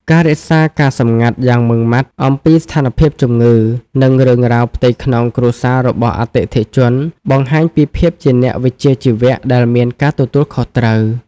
ការរក្សាការសម្ងាត់យ៉ាងម៉ឺងម៉ាត់អំពីស្ថានភាពជំងឺ និងរឿងរ៉ាវផ្ទៃក្នុងគ្រួសាររបស់អតិថិជន បង្ហាញពីភាពជាអ្នកវិជ្ជាជីវៈដែលមានការទទួលខុសត្រូវ។